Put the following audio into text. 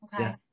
okay